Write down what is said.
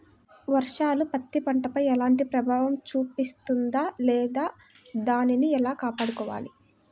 వర్షాలు పత్తి పంటపై ఎలాంటి ప్రభావం చూపిస్తుంద లేదా దానిని ఎలా కాపాడుకోవాలి?